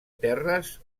terres